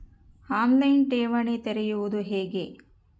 On line ಠೇವಣಿ ತೆರೆಯುವುದು ಹೇಗೆ?